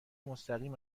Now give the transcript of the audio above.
مستقیم